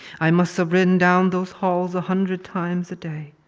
i must've ridden down those halls a hundred times a day,